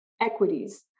equities